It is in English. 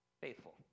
faithful